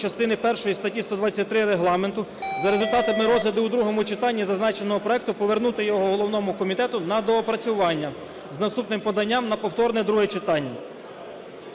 частини першої статті 123 Регламенту, за результатами розгляду в другому читанні зазначеного проекту повернути його головному комітету на доопрацювання з наступним поданням на повторне друге читання.